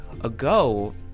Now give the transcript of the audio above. ago